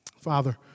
Father